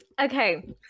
Okay